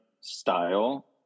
style